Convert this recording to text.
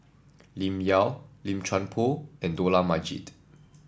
Lim Yau Lim Chuan Poh and Dollah Majid